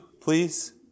please